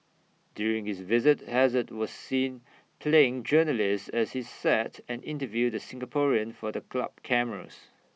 during his visit hazard was seen playing journalist as he sat and interviewed the Singaporean for the club cameras